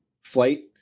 flight